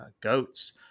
goats